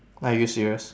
are you serious